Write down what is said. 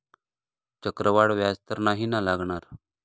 चक्रवाढ व्याज तर नाही ना लागणार?